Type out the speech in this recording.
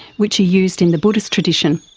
which are used in the buddhist tradition.